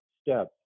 step